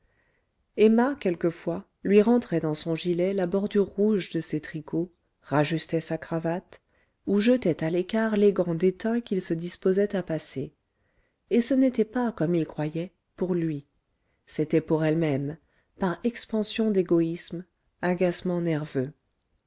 emma quelquefois lui rentrait dans son gilet la bordure rouge de ses tricots rajustait sa cravate ou jetait à l'écart les gants déteints qu'il se disposait à passer et ce n'était pas comme il croyait pour lui c'était pour elle-même par expansion d'égoïsme agacement nerveux